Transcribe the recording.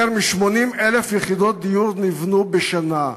יותר מ-80,000 יחידות דיור נבנו בשנה.